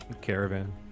caravan